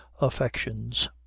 affections